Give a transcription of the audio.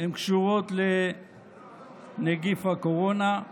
קשורות לנגיף הקורונה,